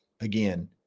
again